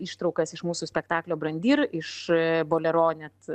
ištraukas iš mūsų spektaklio brandyr iš bolero net